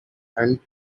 and